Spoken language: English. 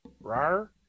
rar